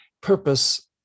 purpose